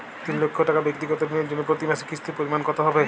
তিন লক্ষ টাকা ব্যাক্তিগত ঋণের জন্য প্রতি মাসে কিস্তির পরিমাণ কত হবে?